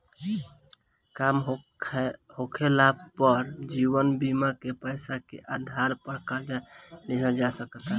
काम होखाला पर जीवन बीमा के पैसा के आधार पर कर्जा लिहल जा सकता